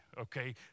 okay